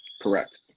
correct